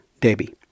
Debbie